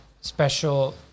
special